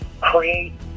create